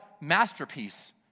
masterpiece